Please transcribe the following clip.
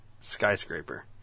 Skyscraper